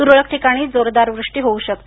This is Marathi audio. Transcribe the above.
तुरळक ठिकाणी जोरदार वृष्टी होऊ शकते